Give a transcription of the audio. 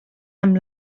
amb